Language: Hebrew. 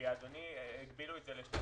כי הגבילו את זה לשנתיים.